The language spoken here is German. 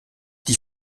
die